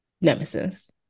nemesis